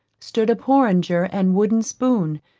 stood a porrenger and wooden spoon,